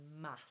mass